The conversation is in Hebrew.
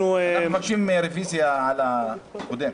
אנחנו מבקשים רוויזיה על הקודם.